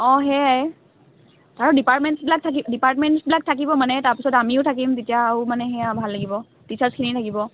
অঁ সেয়াই আৰু ডিপাৰ্টমেণ্টবিলাক থাকি ডিপাৰ্টমেণ্টবিলাক থাকিব মানে তাৰ পিছত আমিয়ো থাকিম তেতিয়া আৰু মানে সেয়া ভাল লাগিব টিচাৰচখিনি থাকিব